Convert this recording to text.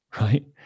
right